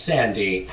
Sandy